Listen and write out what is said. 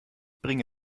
bringe